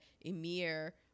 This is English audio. emir